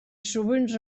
sovint